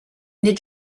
did